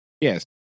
yes